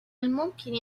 الممكن